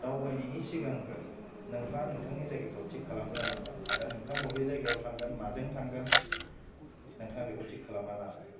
दावबायनायनि सिगांग्रो नोंथाङा नोंथांनि जायगाखौ थिक खालामग्रोनांगोन आरो नोंथां बबे जायगायाव थांगोन माजों थांगोन नोंथाङा बेखौ थिक खालामना लानांगोन